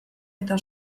eta